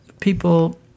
people